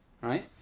right